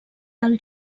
del